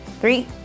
Three